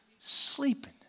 Sleeping